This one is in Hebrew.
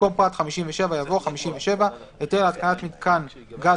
במקום פרט (57) יבוא: "(57) היתר להתקנת מיתקן גז